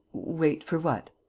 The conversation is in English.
wait for what?